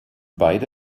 beide